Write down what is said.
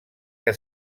que